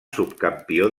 subcampió